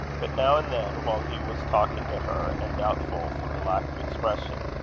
but now and then, while he was talking to her, and doubtful, from the lack of expression,